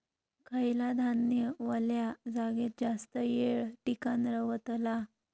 खयला धान्य वल्या जागेत जास्त येळ टिकान रवतला?